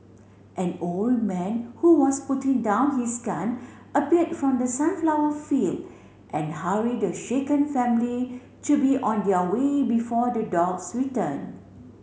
an old man who was putting down his gun appeared from the sunflower field and hurried the shaken family to be on their way before the dogs return